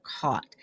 caught